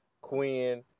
Quinn